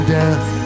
death